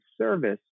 service